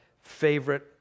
favorite